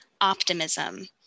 optimism